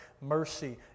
mercy